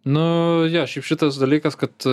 nu aš jau šitas dalykas kad